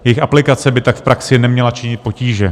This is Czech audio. Jejich aplikace by tak v praxi neměla činit potíže.